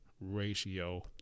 ratio